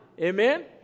Amen